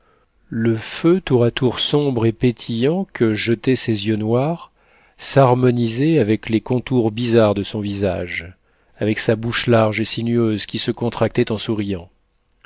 le feu tour à tour sombre et pétillant que jetaient ses yeux noirs s'harmoniait avec les contours bizarres de son visage avec sa bouche large et sinueuse qui se contractait en souriant